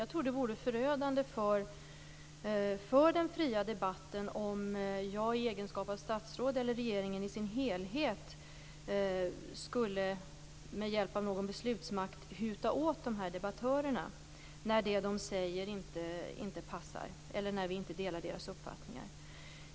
Jag tror att det vore förödande för den fria debatten om jag i egenskap av statsråd eller regeringen i sin helhet med hjälp av någon beslutsmakt skulle huta åt de här debattörerna när det de säger inte passar eller vi inte delar deras uppfattningar.